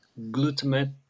glutamate